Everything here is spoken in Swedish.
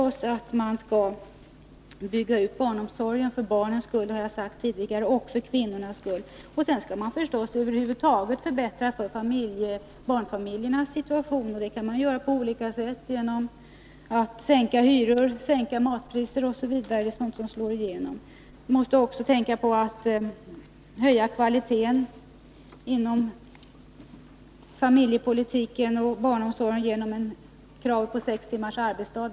Man skall förstås bygga ut barnomsorgen för barnens skull — det har jag sagt tidigare — och även för kvinnornas skull. Vidare skall man naturligtvis förbättra barnfamiljernas situation över huvud taget. Detta kan man göra på olika sätt: genom att sänka hyror och matpriser OSV. Vi måste också tänka på att höja kvaliteten inom familjepolitiken och barnomsorgen genom att ställa krav på sex timmars arbetsdag.